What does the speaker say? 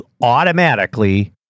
automatically